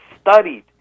studied